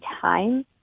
time